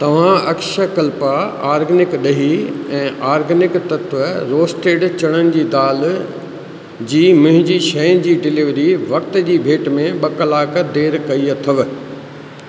तव्हां अक्षयकल्पा आर्गेनिक ड॒ही ऐं आर्गेनिक तत्त्व रोस्टेड चणनि जी दालि जी मुंहिंजी शयुनि जे डिलीवरी वक्त जी भेट में ॿ कलाक देर कई अथव